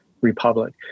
Republic